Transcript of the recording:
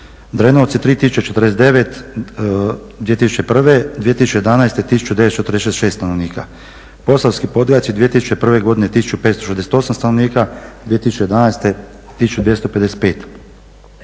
Drenovci 3049 2001., 2011. 1946 stanovnika. Posavski Podgajci 2001. godine 1568 stanovnika, 2011. 1255. Rađenovci